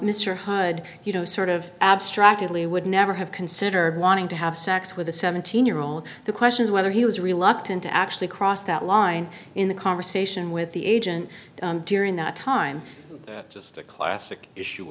mr hood you know sort of abstractedly would never have considered wanting to have sex with a seventeen year old the question is whether he was reluctant to actually cross that line in the conversation with the agent during that time just a classic issue